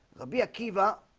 rabi akiva